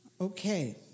Okay